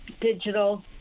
Digital